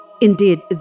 Indeed